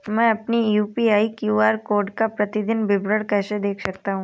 मैं अपनी UPI QR code का प्रतीदीन विवरण कैसे देख सकता हूँ?